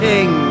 King